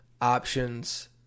options